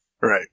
Right